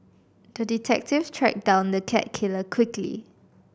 the detective tracked down the cat killer quickly